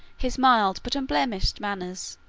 his mild but unblemished manners,